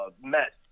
Met